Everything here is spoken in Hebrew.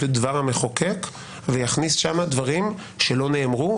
דבר המחוקק ויכניס שם דברים שלא נאמרו,